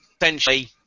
essentially